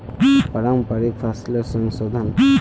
पारंपरिक फसलेर संशोधन